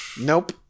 Nope